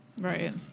Right